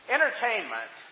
Entertainment